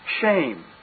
shame